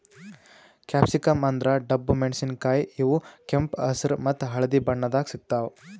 capsicum ಅಂದ್ರ ಡಬ್ಬು ಮೆಣಸಿನಕಾಯಿ ಇವ್ ಕೆಂಪ್ ಹೆಸ್ರ್ ಮತ್ತ್ ಹಳ್ದಿ ಬಣ್ಣದಾಗ್ ಸಿಗ್ತಾವ್